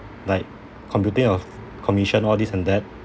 like computing of commission or this and that